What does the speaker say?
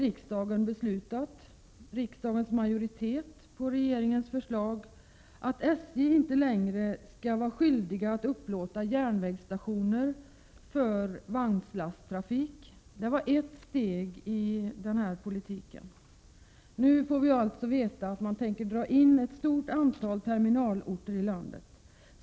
Riksdagens majoritet har redan på regeringens förslag beslutat att SJ inte längre skall vara skyldigt att upplåta järnvägsstationer för vagnslasttrafik. Det var ett steg i den här politiken. Nu får vi alltså veta att man tänker dra in ett stort antal terminalorter i landet.